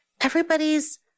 everybody's